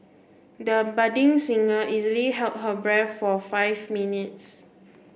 the budding singer easily held her breath for five minutes